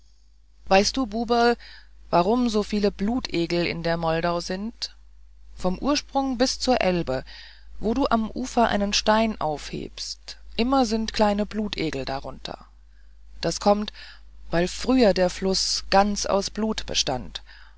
weißt du buberl warum so viel blutegel in der moldau sind vom ursprung bis zur elbe wo du am ufer einen stein aufhebst immer sind kleine blutegel darunter das kommt weil früher der fluß ganz aus blut bestand